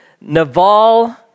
Naval